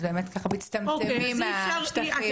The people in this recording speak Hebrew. אז באמת מצטמצמים השטחים.